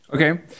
Okay